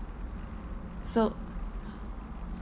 so